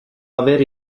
avere